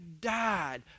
died